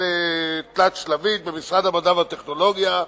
תלת-שלבית במשרד המדע והטכנולוגיה.